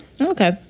Okay